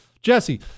Jesse